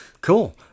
Cool